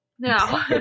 No